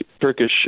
Turkish